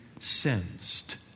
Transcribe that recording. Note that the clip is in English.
sensed